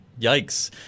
yikes